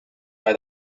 bei